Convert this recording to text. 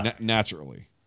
naturally